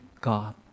God